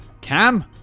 Cam